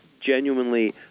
genuinely